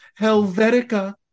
Helvetica